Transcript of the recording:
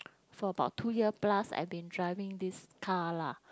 for about two years plus I been driving this car lah